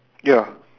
ya